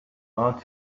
ought